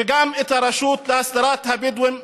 וגם את הרשות להסדרת הבדואים בנגב.